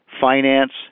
finance